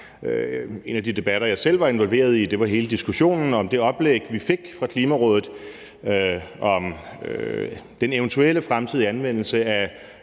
En af de debatter, jeg selv var involveret i, var hele diskussionen om det oplæg, vi fik fra Klimarådet, om den eventuelle fremtidige anvendelse af